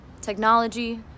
technology